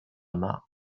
mare